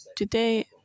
Today